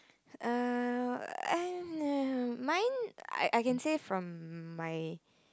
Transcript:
err mine I I can say from my